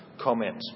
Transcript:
comment